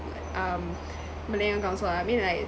like um malayan council I mean like